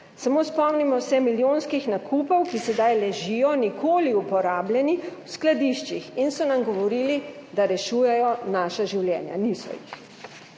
Samo spomnimo se milijonskih nakupov, ki sedaj ležijo, nikoli uporabljeni, v skladiščih, in so nam govorili, da rešujejo naša življenja. Niso jih.